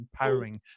empowering